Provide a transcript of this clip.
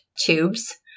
tubes